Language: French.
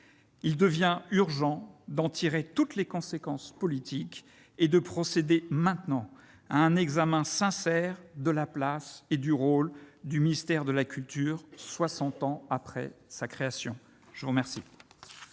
Il devient urgent d'en tirer toutes les conséquences politiques et de procéder à un examen sincère de la place et du rôle du ministère de la culture, soixante ans après sa création. La parole